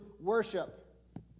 worship